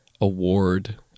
award